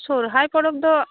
ᱥᱚᱨᱦᱟᱭ ᱯᱚᱨᱚᱵ ᱫᱚ